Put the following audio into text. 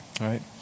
right